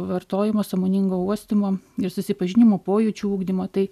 vartojimo sąmoningo uostymo ir susipažinimo pojūčių ugdymo tai